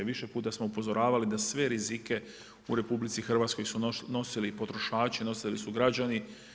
Više puta smo upozoravali da sve rizike u RH su nosili potrošači, nosili su građani.